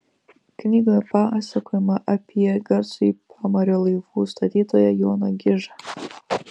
knygoje pasakojama apie garsųjį pamario laivų statytoją joną gižą